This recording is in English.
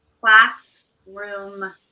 classroom